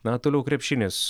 na toliau krepšinis